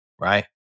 right